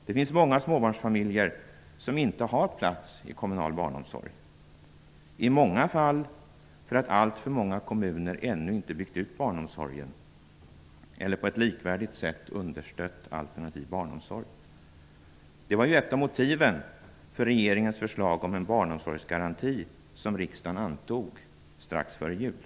Det finns många småbarnsfamiljer som inte har plats i kommunal barnomsorg. Det kan bero på att alltför många kommuner ännu inte byggt ut barnomsorgen eller på ett likvärdigt sätt understött alternativ barnomsorg. Det var ju ett av motiven för regeringens förslag om en barnomsorgsgaranti som riksdagen antog strax före jul.